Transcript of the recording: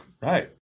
right